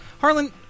Harlan